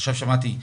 עכשיו שמעתי,